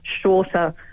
shorter